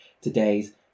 today's